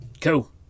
cool